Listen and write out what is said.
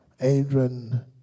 Adrian